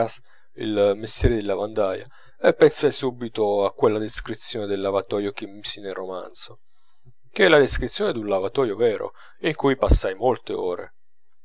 il mestiere di lavandaia e pensai subito a quella descrizione del lavatoio che misi nel romanzo che è la descrizione d'un lavatoio vero in cui passai molte ore